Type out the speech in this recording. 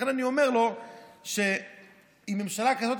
לכן אני אומר שממשלה כזאת,